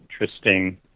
interesting